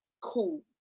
Cool